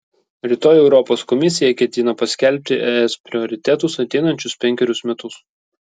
rytoj europos komisija ketina paskelbti es prioritetus ateinančius penkerius metus